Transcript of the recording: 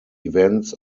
events